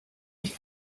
nicht